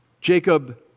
Jacob